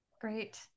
Great